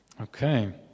Okay